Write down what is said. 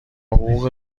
حقوق